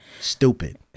Stupid